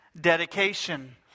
dedication